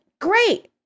great